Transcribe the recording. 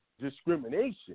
discrimination